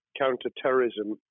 counter-terrorism